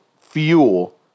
fuel